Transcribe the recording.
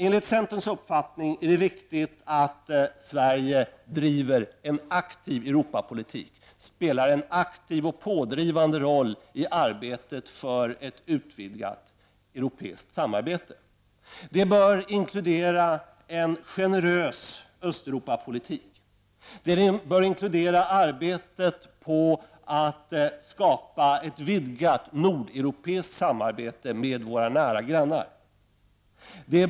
Enligt centerns uppfattning är det viktigt att Sverige driver en aktiv Europapolitik och spelar en aktiv och pådrivande roll i arbetet för ett utvidgat europeiskt samarbete. Det bör inkludera en generös Östeuropapolitik och arbetet på att skapa ett vidgat nordeuropeiskt samarbete med våra nära grannar.